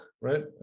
right